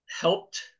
helped